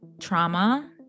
trauma